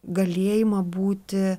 galėjimą būti